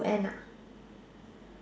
N ah